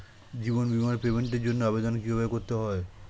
জীবন বীমার পেমেন্টের জন্য আবেদন কিভাবে করতে হয়?